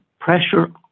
pressure